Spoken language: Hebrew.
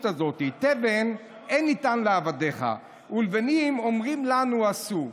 הזאת: "תֶבן אין נִתן לעבדיך ולְבֵנים אֹמְרים לנו עשׂוּ".